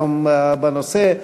היום בנושא,